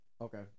Okay